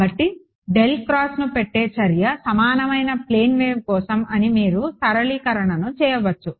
కాబట్టి డెల్ క్రాస్ను పెట్టే చర్య సమానమైన ప్లేన్ వేవ్ కోసం అని మీరు ఈ సరళీకరణను చేయవచ్చు